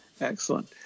Excellent